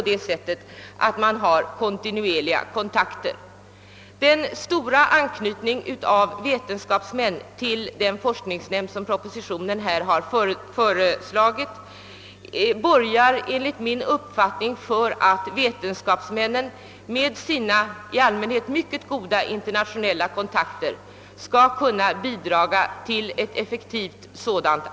De vetenskapsmän, som i stort antal knyts till den forskningsnämnd, som föreslås i propositionen, borgar enligt min uppfattning för att det skall kunna bli ett effektivt internationellt samarbete; vetenskapsmän har ju i allmänhet goda internationella kontakter.